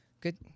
Good